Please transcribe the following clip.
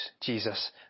Jesus